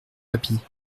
happy